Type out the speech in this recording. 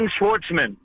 Schwartzman